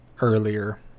earlier